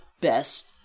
best